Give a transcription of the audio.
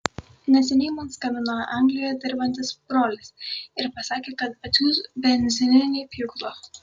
neseniai man skambino anglijoje dirbantis brolis ir pasakė kad atsiųs benzininį pjūklą